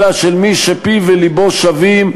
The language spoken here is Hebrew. אלא של מי שפיו ולבו שווים,